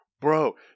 bro